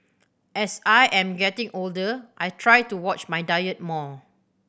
as I am getting older I try to watch my diet more